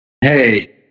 Hey